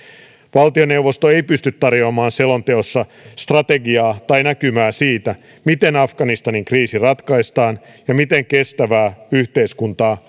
valtioneuvosto ei pysty tarjoamaan selonteossa strategiaa tai näkymää siitä miten afganistanin kriisi ratkaistaan ja miten kestävää yhteiskuntaa